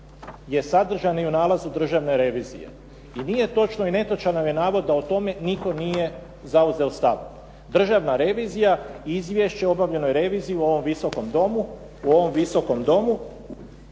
je sadržan i u nalazu Državne revizije i nije točno i netočan vam je navod o tome da o tome nitko nije zauzeo stav. Državna revizija i izvješće o obavljenoj reviziji u ovom Visokom domu